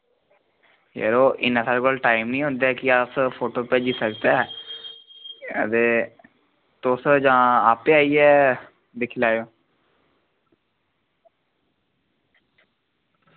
यरो इन्ना साढ़े कोल टाईम निं होंदा क अस तुसेंगी फोटो भेजी सकचै ते तुस जां आपें आइयै दिक्खी लैओ